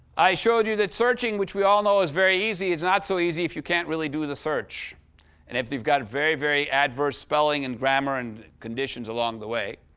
i showed you that searching, which we all know is very easy, is not so easy if you can't really do the search and if you've got very, very adverse spelling and grammar and conditions along the way.